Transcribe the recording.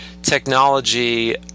technology